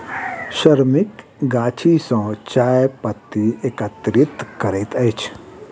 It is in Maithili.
श्रमिक गाछी सॅ चाय पत्ती एकत्रित करैत अछि